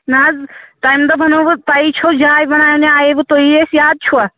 نہَ حظ تَمہِ دۄہ بَنٲووٕ تۄہی چھَو جاے بَناونہِ آییوٕ تُہی اَسہِ یاد چھُوا